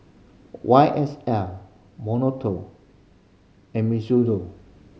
Y S L and